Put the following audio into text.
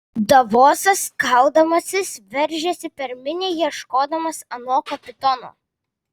davosas kaudamasis veržėsi per minią ieškodamas ano kapitono